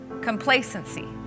complacency